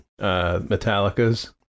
Metallica's